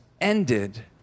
ended